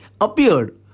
appeared